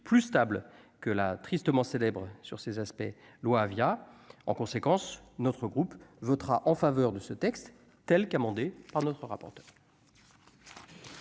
plus stable que la tristement célèbre sur ces aspects loi Avia en conséquence notre groupe votera en faveur de ce texte telle qu'amendée par notre rapporteur.